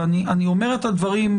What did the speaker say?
ואני אומר את הדברים,